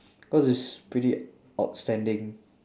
cause it's pretty outstanding